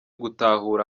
gutahura